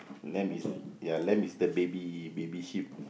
lamb is ya lamb is the baby baby sheep